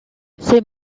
ses